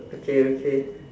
okay okay